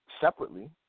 separately